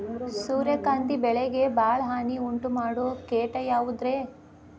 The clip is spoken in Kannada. ಸೂರ್ಯಕಾಂತಿ ಬೆಳೆಗೆ ಭಾಳ ಹಾನಿ ಉಂಟು ಮಾಡೋ ಕೇಟ ಯಾವುದ್ರೇ?